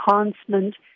enhancement